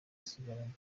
isigaranye